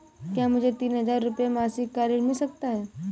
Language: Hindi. क्या मुझे तीन हज़ार रूपये मासिक का ऋण मिल सकता है?